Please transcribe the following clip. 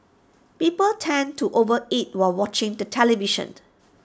people tend to over eat while watching the television